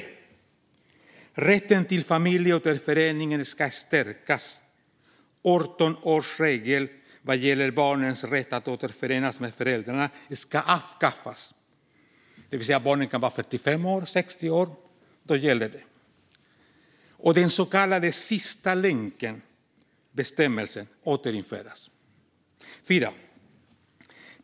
Rätten till familjeåterförening ska stärkas. 18-årsregeln vad gäller barns rätt att återförenas med föräldrarna ska avskaffas. Barnen kan alltså vara 45 år eller 60 år - rätten gäller ändå. Den så kallade sista länken-bestämmelsen ska återinföras.